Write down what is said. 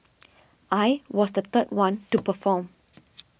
I was the third one to perform